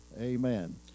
amen